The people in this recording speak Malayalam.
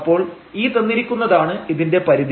അപ്പോൾ ഈ തന്നിരിക്കുന്നതാണ് ഇതിന്റെ പരിധി